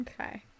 Okay